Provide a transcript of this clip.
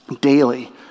daily